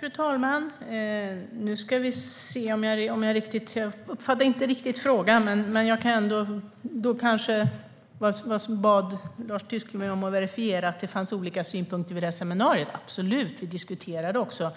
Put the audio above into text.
Fru talman! Jag uppfattade inte riktigt frågan, men Lars Tysklind bad mig att verifiera att det fanns olika synpunkter vid det här seminariet, och så var det absolut. Vi diskuterade också